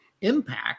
impact